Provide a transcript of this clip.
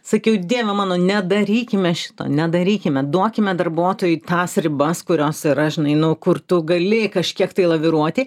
sakiau dieve mano nedarykime šito nedarykime duokime darbuotojui tas ribas kurios yra žinai nu kur tu gali kažkiek tai laviruoti